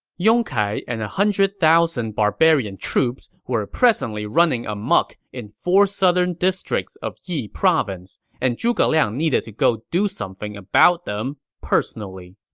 yong kai and one hundred thousand barbarian troops were presently running amok in four southern districts of yi province, and zhuge liang needed to go do something about them, personally.